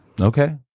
okay